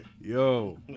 Yo